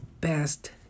best